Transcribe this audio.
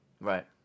Right